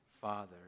father